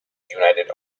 united